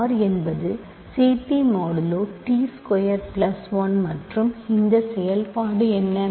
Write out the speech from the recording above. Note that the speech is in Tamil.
R என்பது ct modulo t square plus 1 மற்றும் இந்த செயல்பாடு என்ன